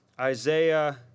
Isaiah